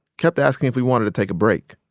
kept asking if we wanted to take a break,